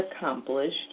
accomplished